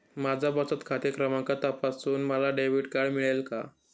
माझा बचत खाते क्रमांक तपासून मला डेबिट कार्ड मिळेल का?